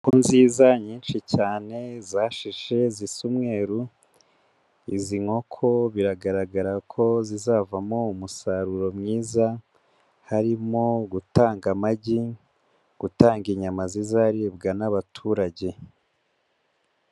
Inkoko nziza nyinshi cyane zashije zisa umweru izi nkoko biragaragara ko zizavamo umusaruro mwiza, harimo gutanga amagi gutanga inyama zizaribwa n'abaturage.